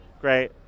great